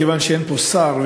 מכיוון שאין פה שר,